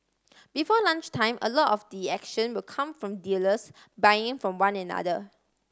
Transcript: before lunchtime a lot of the action will come from dealers buying from one another